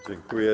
Dziękuję.